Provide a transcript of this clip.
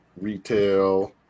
retail